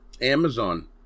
Amazon